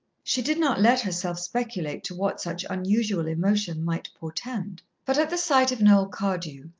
she did not let herself speculate to what such unusual emotion might portend. but at the sight of noel cardew,